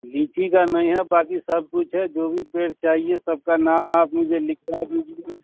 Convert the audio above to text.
لیچی کا نہیں ہے باکی سب کچھ ہے جو بھی پیر چاہیے سب کا نام آپ مجھے لکھوا دیجیے